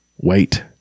wait